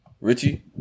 Richie